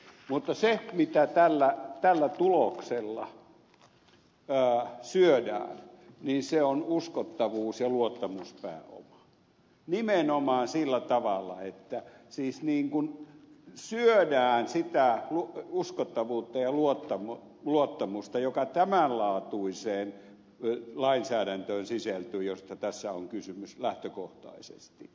mutta se mitä tällä tuloksella syödään on uskottavuus ja luottamuspääoma nimenomaan sillä tavalla että siis niin kuin syödään sitä uskottavuutta ja luottamusta joka tämänlaatuiseen lainsäädäntöön sisältyy josta tässä on kysymys lähtökohtaisesti